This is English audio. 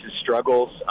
struggles